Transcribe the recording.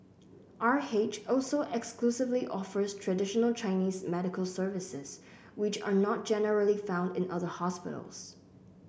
R H also exclusively offers traditional Chinese medical services which are not generally found in other hospitals